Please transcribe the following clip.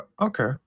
okay